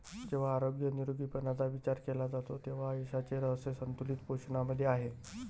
जेव्हा आरोग्य निरोगीपणाचा विचार केला जातो तेव्हा यशाचे रहस्य संतुलित पोषणामध्ये आहे